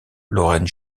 lorraine